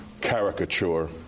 caricature